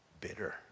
bitter